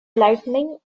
lightning